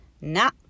nah